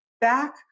back